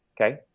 Okay